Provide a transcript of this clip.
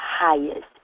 highest